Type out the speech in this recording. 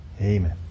Amen